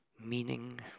meaning